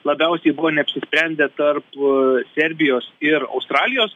labiausiai buvo neapsisprendę tarp serbijos ir australijos